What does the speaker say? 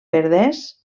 perdés